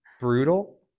brutal